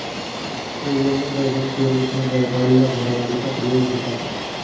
पूर्व में वैगन के रूप में बैलगाड़ी या घोड़ागाड़ी का प्रयोग होता था